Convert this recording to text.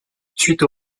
suite